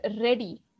ready